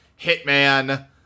Hitman